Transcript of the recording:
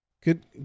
Good